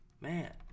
man